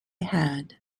had